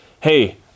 Hey